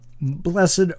blessed